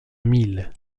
mille